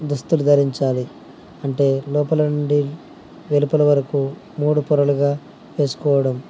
దుస్తులు ధరించాలి అంటే లోపల నుండి వెలుపల వరకు మూడు పొరలుగా వేసుకోవడం